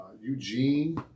Eugene